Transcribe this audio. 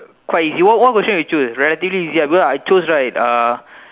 quite easy what what question you choose relatively easy ah because I chose right uh